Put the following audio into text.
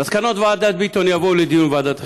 מסקנות ועדת ביטון יובאו לדיון בוועדת החינוך.